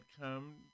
come